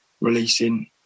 releasing